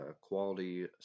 quality